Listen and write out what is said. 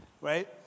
right